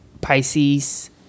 Pisces